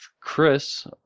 Chris